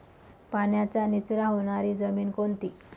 पाण्याचा निचरा होणारी जमीन कोणती?